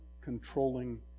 controlling